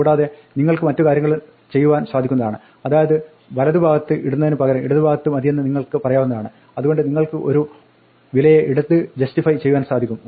കൂടാതെ നിങ്ങൾക്ക് മറ്റുകാര്യങ്ങളും ചെയ്യുവാൻ സാധിക്കുന്നതാണ് അതായത് അത് വലത് ഭാഗത്ത് ഇടുന്നതിന് പകരം ഇടതു ഭാഗം മതിയെന്ന് നിങ്ങൾക്ക് പറയാവുന്നതാണ് അതുകൊണ്ട് നിങ്ങൾക്ക് ഒരു വിലയെ ഇടത് ജസ്റ്റിഫൈ ചെയ്യുവാൻ സാധിക്കും